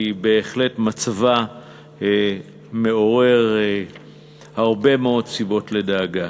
כי מצבה בהחלט מעורר הרבה מאוד סיבות לדאגה.